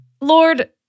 Lord